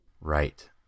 Right